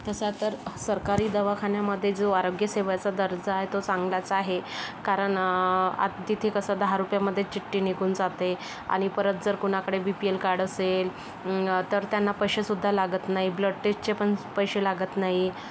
तसा तर सरकारी दवाखान्यामध्ये जो आरोग्यसेवेचा दर्जा आहे तो चांगलाच आहे कारण आत तिथं कसं दहा रुपयामध्ये चिठ्ठी निघून जाते आणि परत जर कुणाकडे बी पी यल कार्ड असेल तर त्यांना पैसेसुद्धा लागत नाही ब्लड टेष्टचे पण पैसे लागत नाही